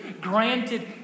granted